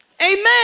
Amen